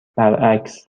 برعکس